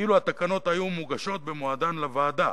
אילו היו התקנות מוגשות במועדן לוועדה.